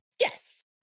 Yes